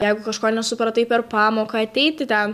jeigu kažko nesupratai per pamoką ateiti ten